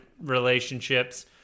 relationships